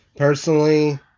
Personally